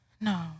No